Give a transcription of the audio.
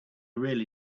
really